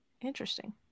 Interesting